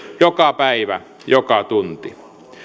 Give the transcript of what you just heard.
joka päivä joka tunti